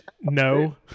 no